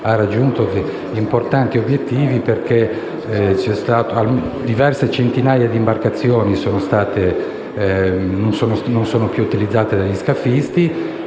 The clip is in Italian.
ha raggiunto importanti obiettivi: diverse centinaia di imbarcazioni non sono più utilizzate dagli scafisti